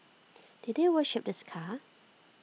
did they worship this car